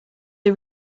are